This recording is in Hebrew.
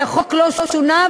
כי החוק לא שונה,